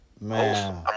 man